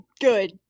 good